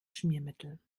schmiermittel